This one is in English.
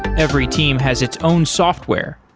every team has its own software,